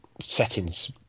settings